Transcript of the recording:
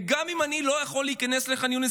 וגם אם אני לא יכול להיכנס לח'אן יונס,